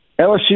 LSU